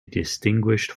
distinguished